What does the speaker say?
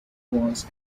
was